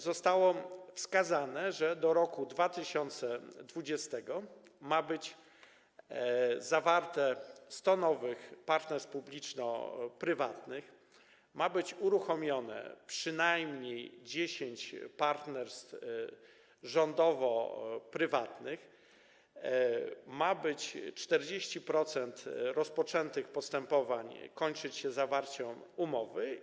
Zostało wskazane, że do roku 2020 ma być zawartych 100 nowych partnerstw publiczno-prywatnych, ma być uruchomionych przynajmniej 10 partnerstw rządowo-prywatnych, a 40% rozpoczętych postępowań ma kończyć się zawarciem umowy.